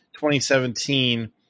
2017